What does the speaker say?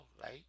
right